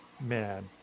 Man